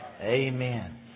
Amen